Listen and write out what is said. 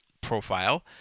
profile